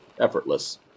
effortless